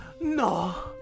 No